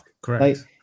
Correct